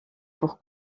pour